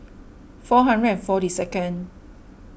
four hundred and forty second